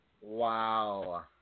Wow